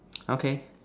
okay